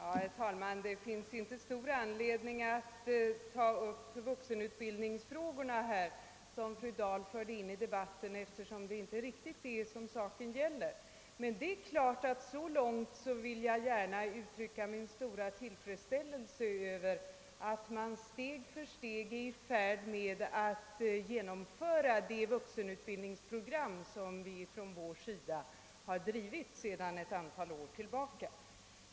Herr talman! Det finns inte stor anledning att som fru Dahl gjorde ta upp vuxenutbildningsfrågorna i denna debatt, som ju inte riktigt handlar om de problemen. Men jag vill ändå passa på att uttrycka min stora tillfredsställelse över att man steg för steg är i färd med att genomföra det vuxenutbildningsprogram som vi från vår sida sedan ett antal år har arbetat för.